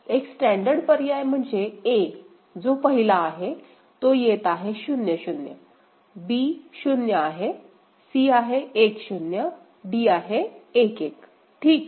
तर एक स्टॅंडर्ड पर्याय म्हणजे a जो पहिला आहे तो येत आहे 0 0 b 0 आहे c आहे 1 0 d आहे 1 1 ठीक